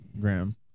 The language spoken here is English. Graham